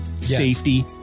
safety